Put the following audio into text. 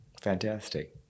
fantastic